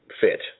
fit